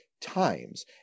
times